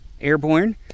Airborne